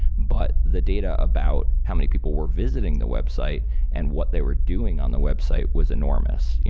but the data about how many people were visiting the website and what they were doing on the website was enormous.